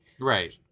Right